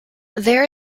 there